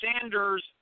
Sanders